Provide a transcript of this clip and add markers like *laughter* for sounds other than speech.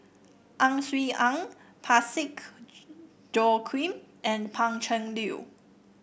Ang Swee Aun Parsick *unintelligible* Joaquim and Pan Cheng Lui